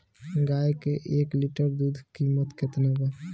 गाय के एक लीटर दूध कीमत केतना बा?